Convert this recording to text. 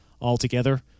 altogether